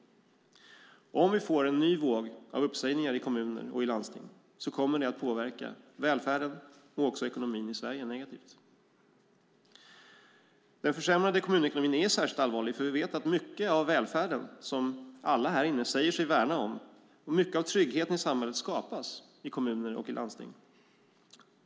Om vi får en ny våg av uppsägningar i kommuner och landsting kommer det att påverka välfärden och ekonomin i Sverige negativt. Den försämrade kommunekonomin är särskilt allvarlig, för vi vet att mycket av välfärden som alla här inne säger sig värna om och mycket av tryggheten i samhället skapas i kommuner och landsting.